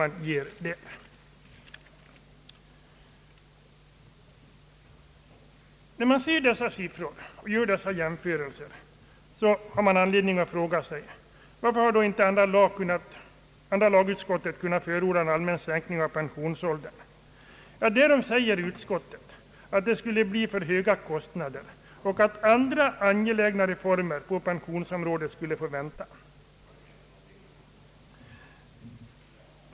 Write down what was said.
När vi ser dessa siffror och gör dessa jämförelser, har vi anledning att fråga oss: Varför har inte andra lagutskottet kunnat förorda en allmän sänkning av pensionsåldern? Med anledning därav säger utskottet att det skulle bli alltför höga kostnader och att andra angelägnare reformer på pensionsområdet skulle få vänta.